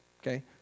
Okay